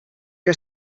que